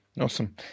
Awesome